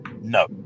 no